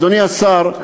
אדוני השר,